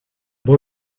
boy